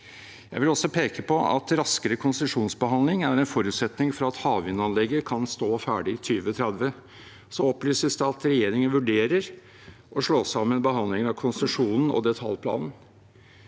Jeg vil også peke på at raskere konsesjonsbehandling er en forutsetning for at havvindanlegget kan stå ferdig i 2030. Så opplyses det at regjeringen vurderer å slå sammen behandlingen av konsesjonen og detaljplanen,